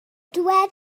dyweda